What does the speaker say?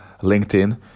LinkedIn